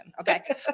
Okay